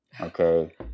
okay